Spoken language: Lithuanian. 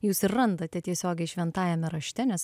jūs ir randate tiesiogiai šventajame rašte nes